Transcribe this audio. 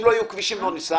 אם לא יהיו כבישים לא ניסע,